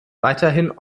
weiterhin